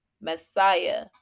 Messiah